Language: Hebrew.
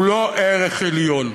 הוא לא ערך עליון.